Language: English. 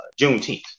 Juneteenth